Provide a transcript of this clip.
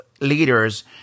leaders